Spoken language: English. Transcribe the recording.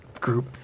Group